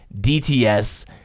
dts